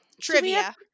Trivia